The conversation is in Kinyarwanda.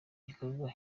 gikorwa